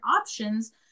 options